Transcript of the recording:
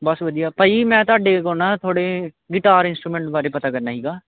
ਬਸ ਵਧੀਆ ਭਾਅ ਜੀ ਮੈਂ ਤੁਹਾਡੇ ਕੋਲ ਨਾ ਥੋੜ੍ਹੇ ਗਿਟਾਰ ਇੰਸਟਰੂਮੈਂਟ ਬਾਰੇ ਪਤਾ ਕਰਨਾ ਸੀਗਾ